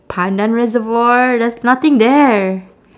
pandan reservoir there's nothing there